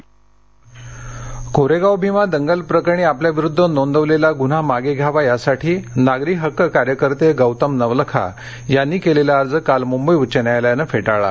कोरेगाव भीमा कोरेगांव भिमा दंगल प्रकरणी आपल्याविरुद्ध नोंदवलेला गृन्हा मागे घ्यावा यासाठी नागरी हक्क कार्यकर्रे गौतम नवलखा यांनी केलेला अर्ज काल मुंबई उच्च न्यायालयान फे ळला